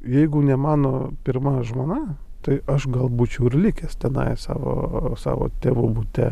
jeigu ne mano pirma žmona tai aš gal būčiau ir likęs tenai savo savo tėvų bute